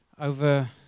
over